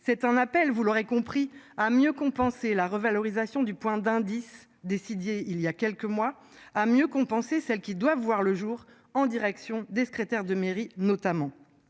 C'est un appel, vous l'aurez compris, à mieux compenser la revalorisation du point d'indice décidiez, il y a quelques mois à mieux compenser celle qui doit voir le jour en direction des secrétaires de mairie, notamment